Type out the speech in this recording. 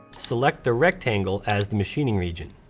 select the rectangle as the machining region.